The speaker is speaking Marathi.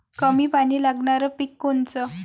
कमी पानी लागनारं पिक कोनचं?